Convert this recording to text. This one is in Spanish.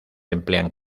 emplean